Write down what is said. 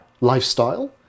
lifestyle